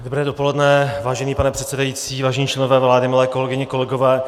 Dobré dopoledne, vážený pane předsedající, vážení členové vlády, milé kolegyně, kolegové.